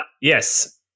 yes